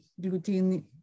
gluten